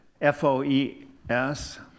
F-O-E-S